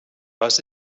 was